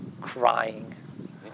crying